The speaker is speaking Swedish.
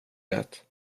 det